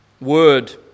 word